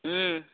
ହୁଁ